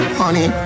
honey